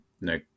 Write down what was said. no